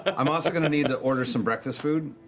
and i'm also going to need to order some breakfast food.